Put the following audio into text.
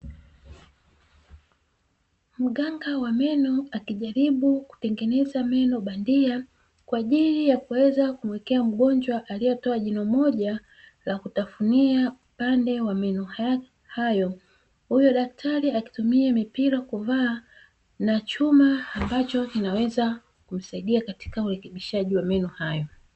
Mganga wa meno akijaribu kutengeneza meno bandia kwa ajili ya kuweza kumwekea mgonjwa aliyetoa jino moja la kutafunia upande wa meno hayo, huyo daktari akitumia mipira kuvaa na chuma ambacho kinaweza kumsaidia katika urekebishaji wa meno hayo.